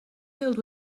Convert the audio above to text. filled